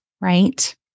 right